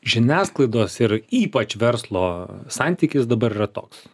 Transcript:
žiniasklaidos ir ypač verslo santykis dabar yra toks